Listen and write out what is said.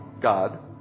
God